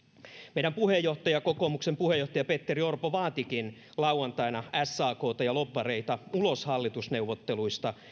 meidän puheenjohtajamme kokoomuksen puheenjohtaja petteri orpo vaatikin lauantaina sakta ja lobbareita ulos hallitusneuvotteluista